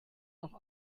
noch